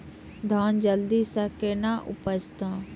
धान जल्दी से के ना उपज तो?